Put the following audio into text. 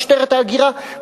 משטרת ההגירה,